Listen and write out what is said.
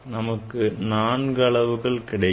நமக்கு நான்கு அளவுகள் கிடைக்கும்